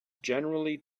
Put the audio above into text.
generally